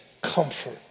comfort